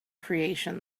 creation